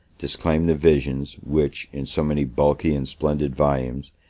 disclaimed the visions, which, in so many bulky and splendid volumes,